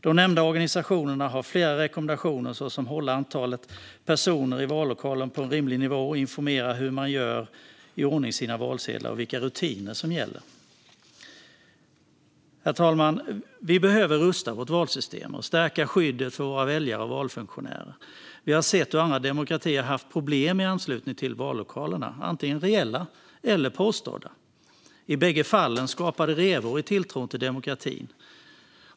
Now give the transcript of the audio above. De nämnda organisationerna har flera rekommendationer, såsom att hålla antalet personer i vallokalen på en rimlig nivå och att informera om hur man gör i ordning sina valsedlar och vilka rutiner som gäller. Herr talman! Vi behöver rusta vårt valsystem och stärka skyddet för våra väljare och valfunktionärer. Vi har sett hur andra demokratier haft problem i anslutning till vallokalerna, antingen reella eller påstådda. I bägge fallen skapar det revor i tilltron till demokratin.